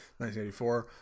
1984